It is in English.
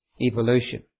evolution